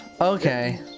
okay